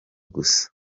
gusa